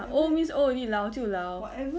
old means old already 老就老了